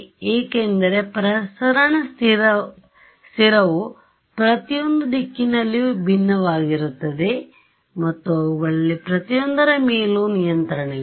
ಏಕೆಂದರೆ ಪ್ರಸರಣ ಸ್ಥಿರವುಪ್ರತಿಯೊಂದು ದಿಕ್ಕಿನಲ್ಲಿಯೂ ಭಿನ್ನವಾಗಿರುತ್ತದೆ ಮತ್ತು ಅವುಗಳಲ್ಲಿ ಪ್ರತಿಯೊಂದರ ಮೇಲೂ ನಿಯಂತ್ರಣವಿದೆ